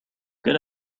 good